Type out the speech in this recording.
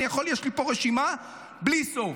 אני יכול, יש לי פה רשימה, בלי סוף.